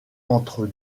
entre